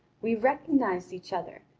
we recognised each other,